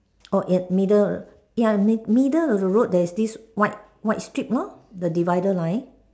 oh yeah middle ya mi~ middle of the road there's this white white strip lor the divider line